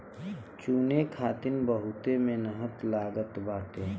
चुने खातिर बहुते मेहनत लागत बाटे